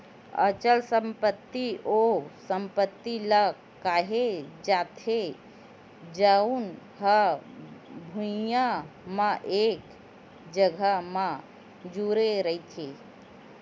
अचल संपत्ति ओ संपत्ति ल केहे जाथे जउन हा भुइँया म एक जघा म जुड़े रहिथे